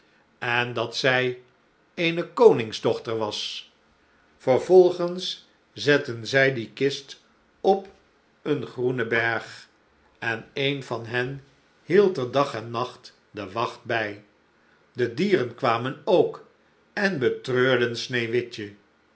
en dat zij eene koningsdochter was vervolgens zetten zij die kist op een groenen berg en een van hen hield er dag en nacht de wacht bij de dieren kwamen ook en betreurden sneeuwwitje